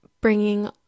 bringing